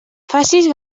facis